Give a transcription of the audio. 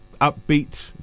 upbeat